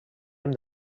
hem